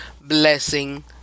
blessing